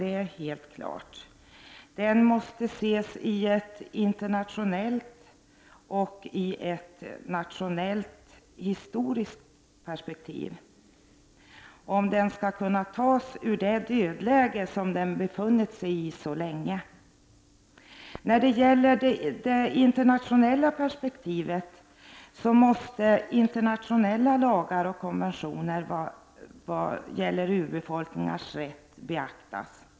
Den måste sättas in i ett internationellt och nationellt historiskt perspektiv om den skall kunna tas ur det dödläge som den har befunnit sig i så länge. När det gäller det internationella perspektivet så måste internationella lagar och konventioner i vad gäller urbefolkningarnas rätt beaktas.